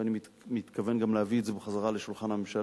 ואני מתכוון גם להביא את זה בחזרה לשולחן הממשלה,